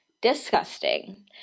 Disgusting